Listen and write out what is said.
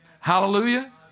Hallelujah